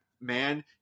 man